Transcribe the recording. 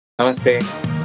namaste